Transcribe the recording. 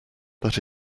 that